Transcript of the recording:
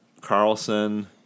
Carlson